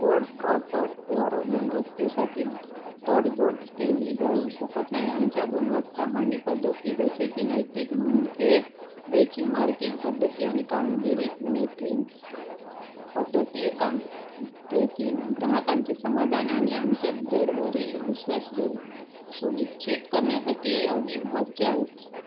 कोडक्रॉपटवर गुणवत्तेसाठी तडजोड केली जाऊ शकत नाही आमच्या गुणवत्ता हमी पद्धती जसे की नैतिक मानके बेचिंग मार्किंग पद्धती आणि कामगिरी मेटरिंग्स पद्धती काम ट्रेकिंग ग्राहकांचे समाधान आणि आमच्या ब्रेडवरील विश्वास सु सुनिश्चित करण्यासाठी अविभाज्य आहेत